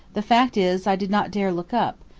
the fact is i did not dare look up,